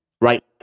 right